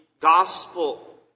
gospel